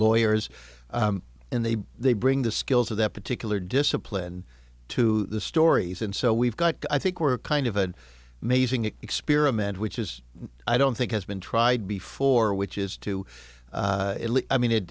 lawyers and they they bring the skills of that particular discipline to the stories and so we've got i think were kind of an amazing experiment which is i don't think has been tried before which is to i mean